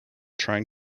trying